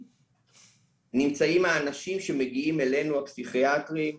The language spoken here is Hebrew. נמצאים האנשים שמגיעים אלינו הפסיכיאטרים,